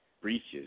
breaches